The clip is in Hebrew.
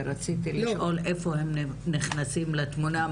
ורציתי לשאול איפה הם נכנסים לתמונה.